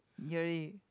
really